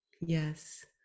Yes